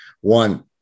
One